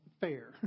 fair